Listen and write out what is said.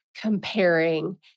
comparing